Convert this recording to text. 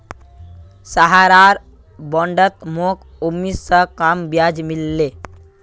सहारार बॉन्डत मोक उम्मीद स कम ब्याज मिल ले